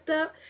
up